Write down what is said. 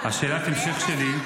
--- אברהם בצלאל (ש"ס): שאלת המשך שלי,